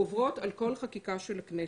גוברות על כל חקיקה של הכנסת.